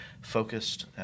focused